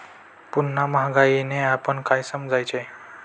पुन्हा महागाईने आपण काय समजायचे?